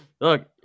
look